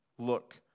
Look